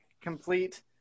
complete